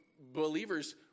Believers